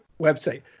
website